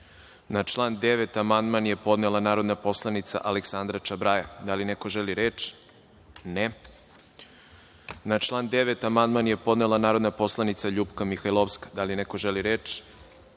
član 9. amandman je podnela narodna poslanica Aleksandra Čabraja. Da li neko želi reč? (Ne.)Na član 9. amandman je podnela narodna poslanica LJupka Mihajlovska. Da li neko želi reč?